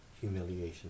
humiliation